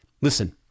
Listen